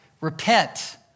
repent